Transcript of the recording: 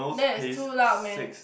that is too loud man